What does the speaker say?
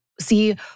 see